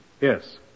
Yes